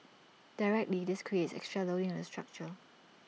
directly this creates extra loading on the structure